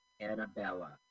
Annabella